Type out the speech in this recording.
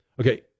Okay